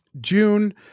June